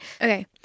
Okay